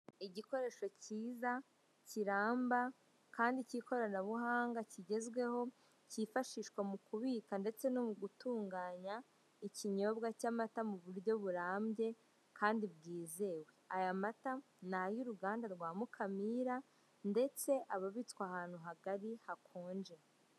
Igikoresho cyiza kiramba kandi cy'ikoranabuhanga kigezweho, cyifashishwa mu kubika ndetse no mu gutunganya ikinyobwa cy'amata mu buryo burambye kandi bwizewe, aya mata ni ay'uruganda rwa Mukamira ndetse aba abitswe ahantu hagari hakonje.